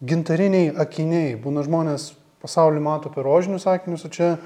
gintariniai akiniai būna žmonės pasaulį mato per rožinius akinius o čia